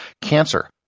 Cancer